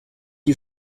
you